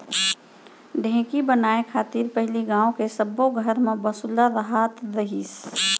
ढेंकी बनाय खातिर पहिली गॉंव के सब्बो घर म बसुला रहत रहिस